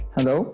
Hello